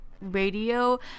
radio